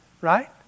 right